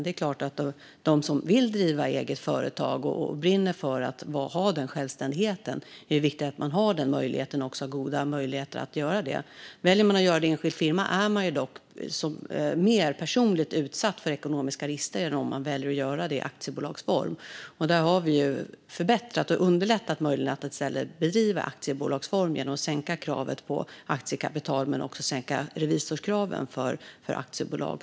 Det är viktigt för dem som vill driva eget företag och brinner för att ha en sådan självständighet att ha goda möjligheter att göra det. Om man väljer att göra det i enskild firma är man personligen dock mer utsatt för ekonomiska risker än om man väljer att göra det i aktiebolagsform. Vi har förbättrat och underlättat möjligheterna att bedriva företag i aktiebolagsform genom att vi har sänkt kravet på aktiekapital. Vi har även sänkt revisorskraven för aktiebolag.